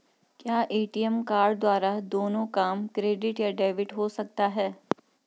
क्या ATM card द्वारा दोनों काम क्रेडिट या डेबिट हो सकता है?